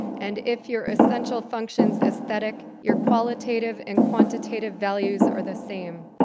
and if your essential function's aesthetic, your qualitative and quantitative values are the same.